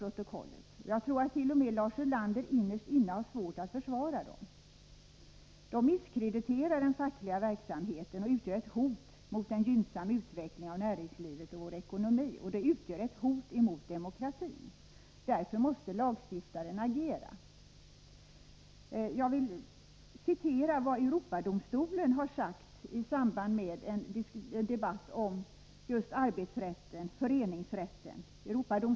Och jag tror att t.o.m. Lars Ulander innerst inne har svårt att försvara dem. De misskrediterar den fackliga verksamheten och utgör ett hot mot en gynnsam utveckling av näringslivet och vår ekonomi och utgör också ett hot mot demokratin. Därför måste lagstiftaren agera. Jag vill citera vad man sade i Europadomstolen i samband med en debatt om just arbetsrätt och föreningsrätt.